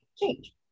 Change